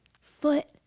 foot